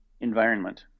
environment